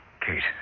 Kate